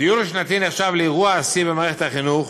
טיול שנתי נחשב לאירוע השיא במערכת החינוך